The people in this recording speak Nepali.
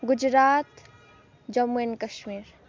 गुजरात जम्मू एन्ड काश्मीर